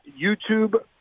YouTube